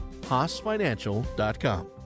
haasfinancial.com